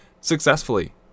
successfully